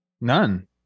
None